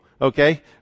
okay